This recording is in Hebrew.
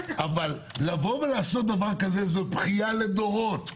אבל לעשות דבר כזה, זה בכייה לדורות.